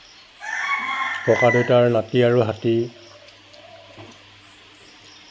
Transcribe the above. কাকাদেউতাৰ নাতি আৰু হাতী